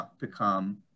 become